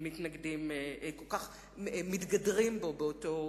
דווקא כמי שהיתה שותפה,